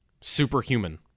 Superhuman